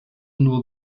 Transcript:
nur